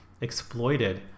exploited